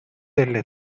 delle